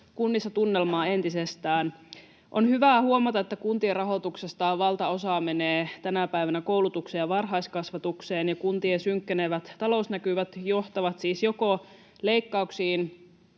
kunnissa tunnelmaa entisestään. On hyvä huomata, että kuntien rahoituksestahan valtaosa menee tänä päivänä koulutukseen ja varhaiskasvatukseen ja kuntien synkkenevät talousnäkymät johtavat siis joko leikkauksiin